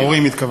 ההורים התכוונת.